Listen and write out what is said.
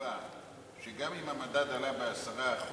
גם אם המדד עלה ב-10%,